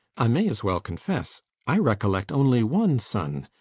i may as well confess i recollect only one son.